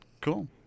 Cool